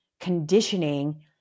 conditioning